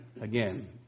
again